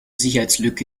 sicherheitslücke